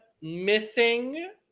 missing